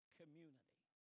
community